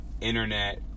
internet